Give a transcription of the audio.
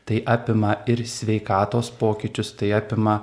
tai apima ir sveikatos pokyčius tai apima